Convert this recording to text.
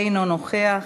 אינו נוכח,